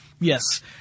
Yes